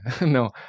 No